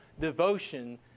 devotion